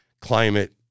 climate